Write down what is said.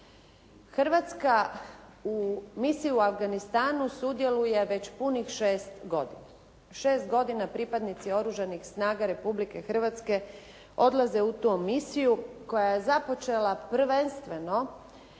Hrvatska u misiji u Afganistanu sudjeluje već punih 6 godina. 6 godina pripadnici Oružanih snaga Republike Hrvatske odlaze u tu misiju koja je započela prvenstveno